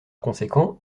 conséquent